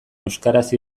euskaraz